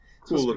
Cool